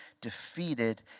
defeated